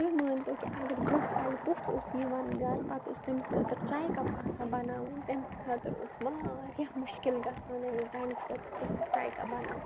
تُہۍ مٲنۍتو کہِ اَگر برٛونٛہہ کالہِ پوٚژھ اوس یِوان گَرٕ پَتہٕ اوس تٔمِس خٲطرٕ چاے کَپ آسان بَناوُن تٔمِس خٲطرٕ اوس واریاہ مُشکِل گژھان ییٚمِس زَنہِ خٲطرٕ پٔژھِس چایہِ کَپ بَناوُن